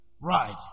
Right